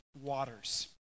waters